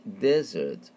desert